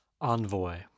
Envoy